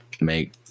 make